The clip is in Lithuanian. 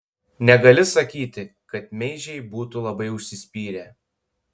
negali sakyti kad meižiai būtų labai užsispyrę